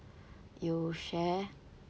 you share